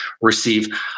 receive